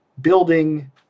building